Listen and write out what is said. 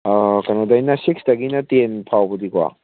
ꯀꯩꯅꯣꯗꯩꯅ ꯁꯤꯛꯁꯇꯒꯤꯅ ꯇꯦꯟ ꯐꯥꯎꯕꯗꯤꯀꯣ